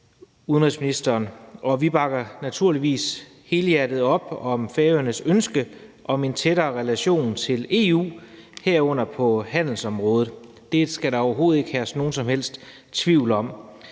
vi bakker naturligvis helhjertet op om Færøernes ønske om en tættere relation til EU, herunder på handelsområdet; det skal der overhovedet ikke herske nogen som helst tvivl om.